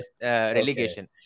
relegation